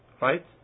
Right